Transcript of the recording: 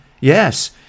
Yes